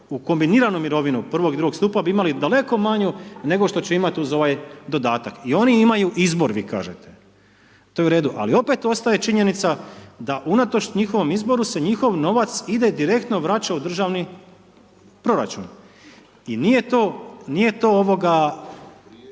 u kombiniranu mirovinu prvog i drugog stupa bi imali daleko manju nego što će imati uz ovaj dodatak. I oni imaju izbor vi kažete, to je u redu, ali opet ostaje činjenica da unatoč njihovom izboru se njihov novac, ide i direktno vraća u državni proračun. I nije to,